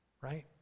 right